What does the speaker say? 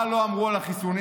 מה לא אמרו על החיסונים?